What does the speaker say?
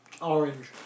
Orange